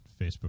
facebook